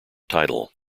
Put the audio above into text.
title